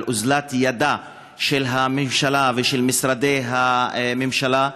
אוזלת ידם של הממשלה ושל משרדי הממשלה,